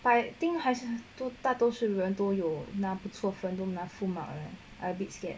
but I think 还是 two 大多数人都有那不错奋斗都拿 full mark I a bit scared eh